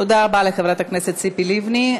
תודה רבה לחברת הכנסת ציפי לבני.